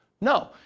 No